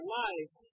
life